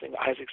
Isaac